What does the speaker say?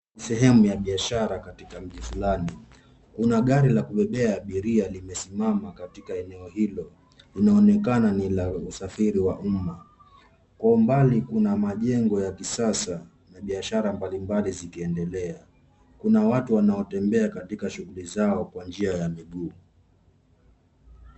Sehemu ya biashara katika mji fulani. Kuna gari la kubebea abiria limesimama katika eneo hilo, linaonekana ni la usafiri wa umma. Kwa umbali kuna majengo ya kisasa na biashara mbalimbali zikiendelea. Kuna watu wanaotembea katika shughuli zao kwa njia ya miguu.